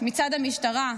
מצד המשטרה,